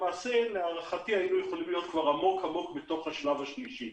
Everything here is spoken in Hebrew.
למעשה להערכתי היינו יכולים להיות כבר עמוק עמוק בתוך השלב השלישי.